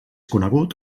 conegut